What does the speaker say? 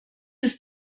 ist